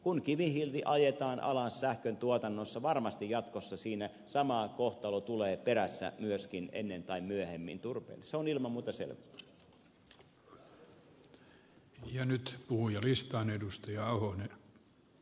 kun kivihiili ajetaan alas sähköntuotannossa varmasti jatkossa sama kohtalo tulee perässä ennemmin tai myöhemmin myös turpeelle se on ilman muuta selvä